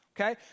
okay